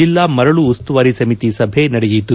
ಜಿಲ್ಲಾ ಮರಳು ಉಸ್ತುವಾರಿ ಸಮಿತಿ ಸಭೆ ನಡೆಯಿತು